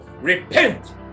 Repent